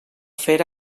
fer